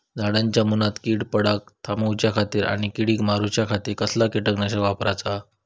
झाडांच्या मूनात कीड पडाप थामाउच्या खाती आणि किडीक मारूच्याखाती कसला किटकनाशक वापराचा?